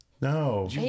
No